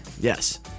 Yes